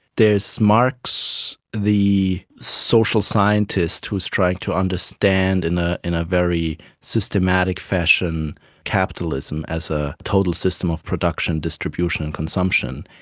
there is marx the social scientist who is trying to understand in ah in a very systematic fashion capitalism as a total system of production, distribution and consumption,